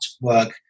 work